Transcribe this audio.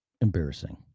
embarrassing